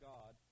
God